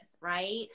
right